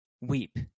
weep